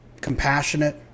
compassionate